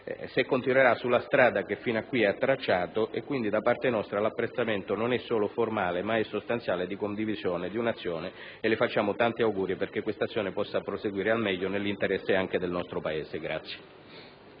se proseguirà sulla strada che fino a qui ha tracciato; da parte nostra l'apprezzamento non è solo formale, quindi, ma è sostanziale di condivisione di un'azione. Le facciamo tanti auguri perché questa azione possa proseguire al meglio, nell'interesse anche del nostro Paese.